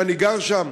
אני גר שם,